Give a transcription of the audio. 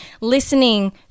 listening